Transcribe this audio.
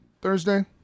thursday